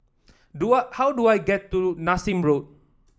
do I how do I get to Nassim Road